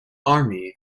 army